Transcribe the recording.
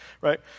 right